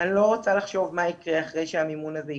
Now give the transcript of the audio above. אני לא רוצה לחשוב מה יקרה אחרי שהמימון הזה ייפסק.